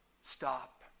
stop